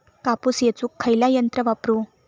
कापूस येचुक खयला यंत्र वापरू?